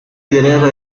liderazgo